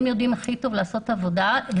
הם יודעים הכי טוב לעשות את העבודה כי